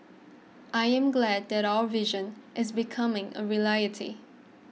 I am glad that our vision is becoming a reality